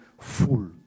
full